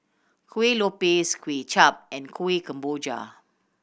Kuih Lopes Kway Chap and Kueh Kemboja